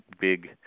big